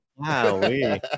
Wow